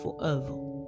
forever